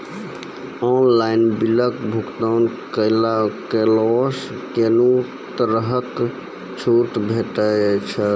Online बिलक भुगतान केलासॅ कुनू तरहक छूट भेटै छै?